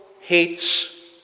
hates